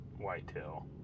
whitetail